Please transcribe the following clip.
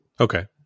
Okay